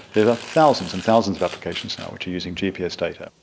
there are thousands and thousands of applications now which are using gps data.